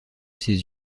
ses